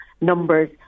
numbers